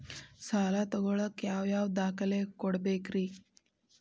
ಸಾಲ ತೊಗೋಳಾಕ್ ಯಾವ ಯಾವ ದಾಖಲೆ ಕೊಡಬೇಕ್ರಿ?